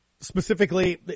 specifically